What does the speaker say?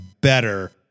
better